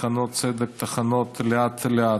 טחנות הצדק טוחנות לאט-לאט,